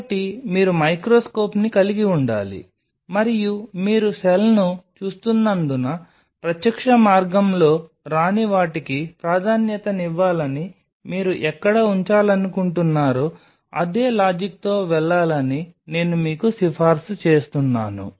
కాబట్టి మీరు మైక్రోస్కోప్ని కలిగి ఉండాలి మరియు మీరు సెల్ను చూస్తున్నందున ప్రత్యక్ష మార్గంలో రాని వాటికి ప్రాధాన్యతనివ్వాలని మీరు ఎక్కడ ఉంచాలనుకుంటున్నారో అదే లాజిక్తో వెళ్లాలని నేను మీకు సిఫార్సు చేస్తున్నాను